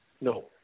No